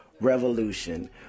revolution